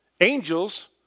Angels